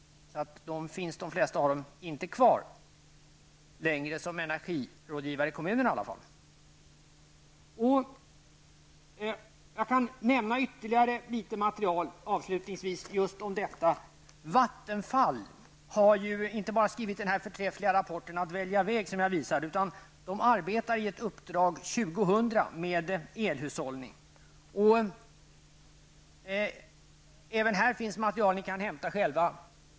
De flesta av dem finns därför inte kvar, åtminstone inte som energirådgivare i kommunerna. Jag kan avslutningsvis nämna ytterligare litet material om just detta. Vattenfall har inte bara skrivit den förträffliga rapporten Att välja väg, som jag visade, utan Vattenfall arbetar med ett Uppdrag 2000 med elhushållning. Även i fråga om detta finns material att hämta.